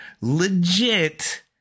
Legit